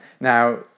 Now